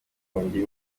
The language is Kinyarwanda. kongera